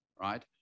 right